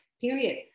period